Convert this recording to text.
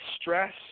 stress